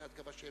שעד כמה שהבנתי,